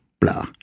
blah